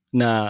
na